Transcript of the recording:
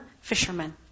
fishermen